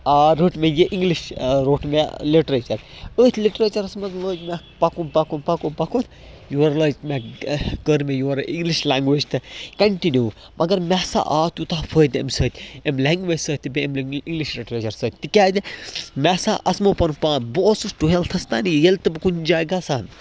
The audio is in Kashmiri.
آ رٔٹ مےٚ یہِ اِنٛگلِش روٚٹ مےٚ لِٹریٚچَر أتھۍ لِٹریٚچَرَس منٛز لٔج مےٚ اکھ پَکُن پَکُن پَکُن پَکُن یورٕ لٔج مےٚ کٔہ کٔر مےٚ یورٕ اِنٛگلِش لنٛگویج تہِ کَنٛٹِنیوٗ مگر مےٚ ہَسا آو تیوٗتاہ فٲیدٕ اَمہِ سۭتۍ اَمہِ لنٛگویج سۭتۍ تہٕ بیٚیہِ اِنٛگلِش لِٹریٚچَر سۭتۍ تِکیٛازِ مےٚ ہَسا اَقمو پَنُن پان بہٕ اوسُس ٹُوٮ۪لتھَس تام ییٚلہِ بہٕ کُنہِ جایہِ گژھان